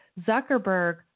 Zuckerberg